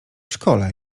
szkole